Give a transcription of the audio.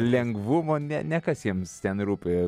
lengvumo ne ne kas jiems ten rūpi